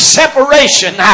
separation